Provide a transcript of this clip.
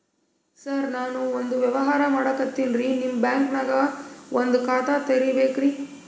ಸರ ನಾನು ಒಂದು ವ್ಯವಹಾರ ಮಾಡಕತಿನ್ರಿ, ನಿಮ್ ಬ್ಯಾಂಕನಗ ಒಂದು ಖಾತ ತೆರಿಬೇಕ್ರಿ?